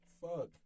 fuck